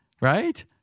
right